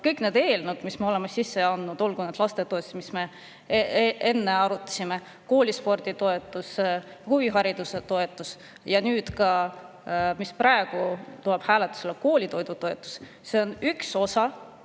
kõik need eelnõud, mis me oleme sisse andnud, olgu see lapsetoetus, mida me enne arutasime, koolispordi toetus, huvihariduse toetus ja nüüd ka see, mis praegu tuleb hääletusele, koolilõuna toetus – need kõik on